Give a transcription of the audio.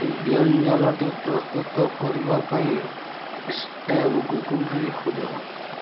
ବ୍ୟଞ୍ଜନଟି ପ୍ରସ୍ତୁତ କରିବା ପାଇଁ ଷ୍ଟେପ୍ ଗୁଗୁଲ୍ରେ ଖୋଜ